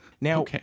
Now